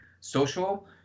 social